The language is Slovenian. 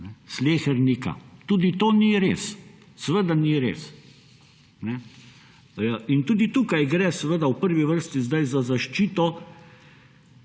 Slehernika. Tudi to ni res, seveda ni res. In tudi tukaj gre seveda v prvi vrsti zdaj za zaščito